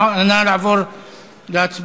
נא לעבור להצבעה.